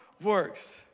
works